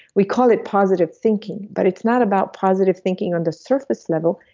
we call it positive thinking but it's not about positive thinking on the surface level,